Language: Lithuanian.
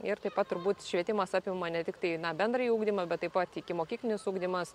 ir taip pat turbūt švietimas apima ne tiktai na bendrąjį ugdymą bet taip pat ikimokyklinis ugdymas